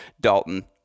Dalton